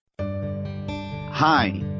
Hi